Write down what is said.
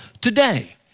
today